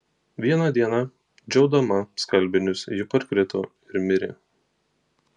vieną dieną džiaudama skalbinius ji parkrito ir mirė